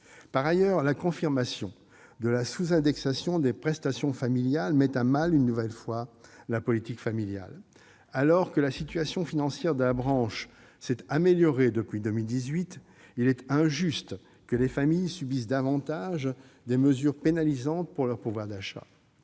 Par ailleurs, la confirmation de la sous-indexation des prestations familiales met une nouvelle fois à mal la politique familiale. Alors que la situation financière de la branche s'est améliorée depuis 2018, il est injuste que les familles subissent davantage de mesures pénalisantes pour leur pouvoir d'achat.